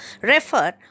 Refer